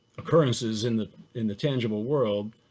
occurrences in the in the tangible world